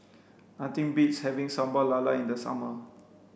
nothing beats having Sambal Lala in the summer